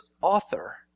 author